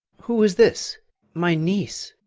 who is this my niece,